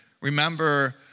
Remember